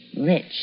rich